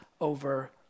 over